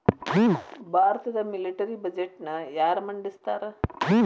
ಭಾರತದ ಮಿಲಿಟರಿ ಬಜೆಟ್ನ ಯಾರ ಮಂಡಿಸ್ತಾರಾ